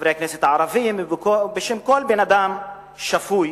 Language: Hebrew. חברי הכנסת הערבים ובשם כל בן-אדם שפוי